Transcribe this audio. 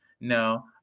No